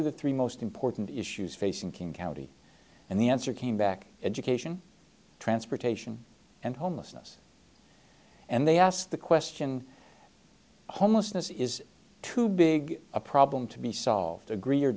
are the three most important issues facing king county and the answer came back education transportation and homelessness and they asked the question homelessness is too big a problem to be solved agree or